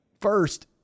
first